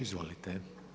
Izvolite.